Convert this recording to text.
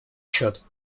счет